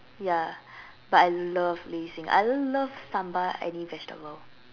ya but I love ladies finger I love sambal any vegetable